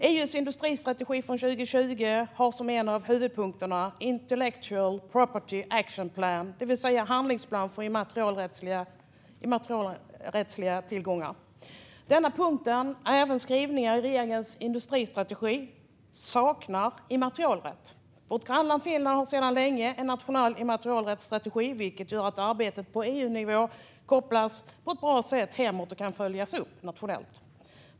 EU:s industristrategi från 2020 har som en av sina huvudpunkter intellectual property action plan, det vill säga en handlingsplan för immaterialrättsliga tillgångar. Denna punkt, och även skrivningar i regeringens industristrategi, saknar immaterialrätt. Vårt grannland Finland har sedan länge en nationell immaterialrättsstrategi, vilket gör att arbetet på EU-nivå kopplas på ett bra sätt hemåt och kan följas upp nationellt.